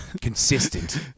Consistent